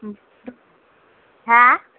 उम हा